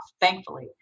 thankfully